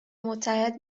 متحد